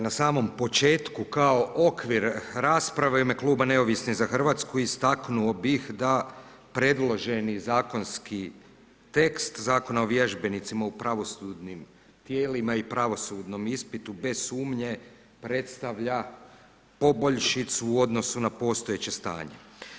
Na samom početku kao okvir rasprave u ime kluba Neovisni za Hrvatsku istaknuo bih da predloženi zakonski tekst Zakona o vježbenicima u pravosudnim tijelima i pravosudnom ispitu bez sumnje predstavlja poboljšicu u odnosu na postojeće stanje.